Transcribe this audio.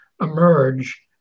emerge